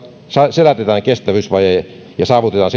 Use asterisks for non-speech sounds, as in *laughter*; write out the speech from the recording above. selätetään kestävyysvaje ja saavutetaan *unintelligible*